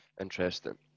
Interesting